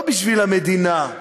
לא בשביל המדינה,